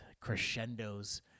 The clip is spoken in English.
crescendos